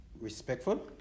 respectful